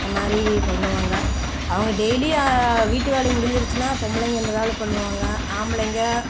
இந்த மாதிரி பண்ணுவாங்க அவங்க டெயிலியும் வீட்டு வேலை முடிஞ்சுருச்சுனா பொம்பளைங்கள் இந்த வேலை பண்ணுவாங்க ஆம்பளைங்கள்